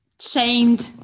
chained